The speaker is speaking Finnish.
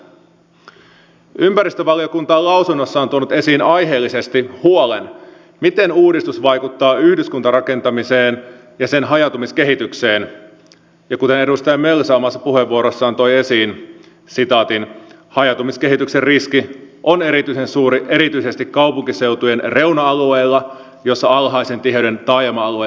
ympäristövaliokunta on lausunnossaan tuonut esiin aiheellisesti huolen miten uudistus vaikuttaa yhdyskuntarakentamiseen ja sen hajautumiskehitykseen ja kuten edustaja mölsä omassa puheenvuorossaan toi esiin hajautumiskehityksen riski on erityisen suuri erityisesti kaupunkiseutujen reuna alueilla joilla alhaisen tiheyden taajama alueet lähtevät kasvuun